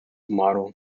model